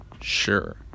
sure